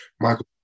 Michael